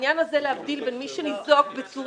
בעניין הזה להבדיל בין מי שניזוק בצורה